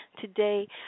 Today